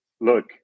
look